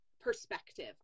perspective